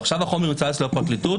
ועכשיו החומר נמצא אצל הפרקליטות.